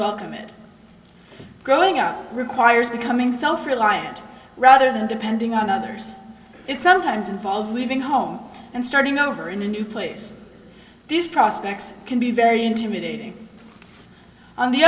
welcome it growing up requires becoming self reliant rather than depending on others it sometimes involves leaving home and starting over in a new place these prospects can be very intimidating on the